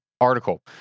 article